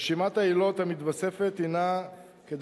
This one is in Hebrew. רשימת העילות המתווספת היא כדלהלן: